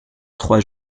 trois